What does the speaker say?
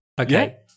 Okay